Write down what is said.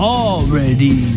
already